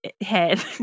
head